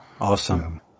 Awesome